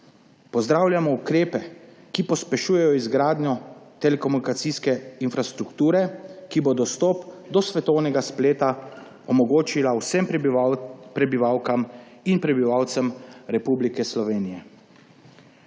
Pozdravljamo ukrepe, ki pospešujejo izgradnjo telekomunikacijske infrastrukture, ki bo dostop do svetovnega spleta omogočila vsem prebivalkam in prebivalcem Republike Slovenije.